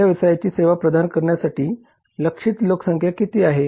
आपल्या व्यवसायाची सेवा प्रदान करण्यासाठी लक्ष्यित लोकसंख्या किती आहे